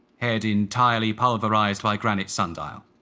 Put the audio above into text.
head entirely pulverised by granite sundial.